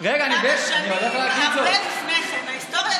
רק להגיד שיש עוד כמה שנים, הרבה לפני כן.